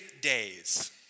days